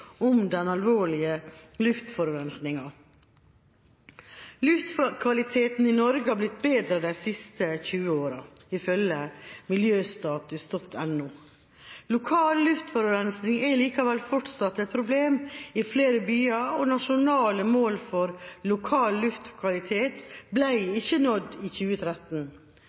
om den alvorlige luftforurensninga. Luftkvaliteten i Norge har blitt bedre de siste 20 årene, ifølge miljøstatus.no. Lokal luftforurensning er likevel fortsatt et problem i flere byer, og nasjonale mål for lokal luftkvalitet ble ikke nådd i 2013.